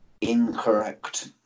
Incorrect